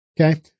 Okay